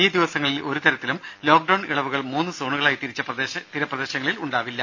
ഇൌ ദിവസങ്ങളിൽ ഒരു തരത്തിലും ലോക്ക്ഡൌൺ ഇളവുകൾ മൂന്ന് സോണുകളായി തിരിച്ച തീരപ്രദേശങ്ങളിൽ ഉണ്ടാവില്ല